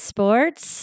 Sports